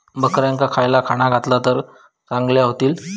बकऱ्यांका खयला खाणा घातला तर चांगल्यो व्हतील?